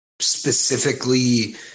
specifically